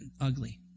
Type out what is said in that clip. ugly